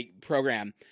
program